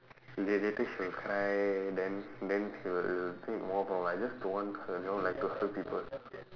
la~ later she will cry then then she'll it will make more problem I just don't want hu~ you know like to hurt people